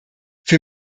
für